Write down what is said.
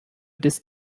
des